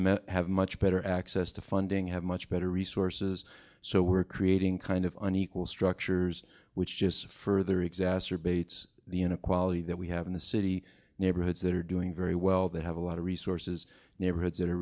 many have much better access to funding have much better resources so we're creating kind of unequal structures which just further exacerbates the inequality that we have in the city neighborhoods that are doing very well that have a lot of resources neighborhoods that are